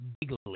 bigly